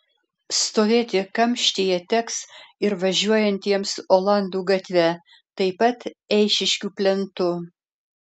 stovėti kamštyje teks ir važiuojantiems olandų gatve taip pat eišiškių plentu